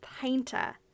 painter